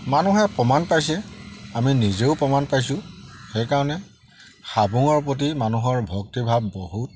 মানুহে প্ৰমাণ পাইছে আমি নিজেও প্ৰমাণ পাইছোঁ সেইকাৰণে হাবুঙৰ প্ৰতি মানুহৰ ভক্তিভাৱ বহুত